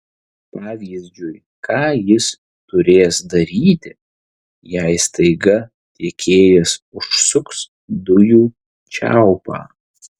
pavyzdžiui ką jis turės daryti jei staiga tiekėjas užsuks dujų čiaupą